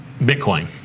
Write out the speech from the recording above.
Bitcoin